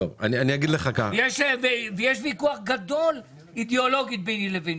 יש ויכוח גדול אידיאולוגית ביני לבינו,